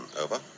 over